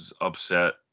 upset